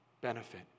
benefit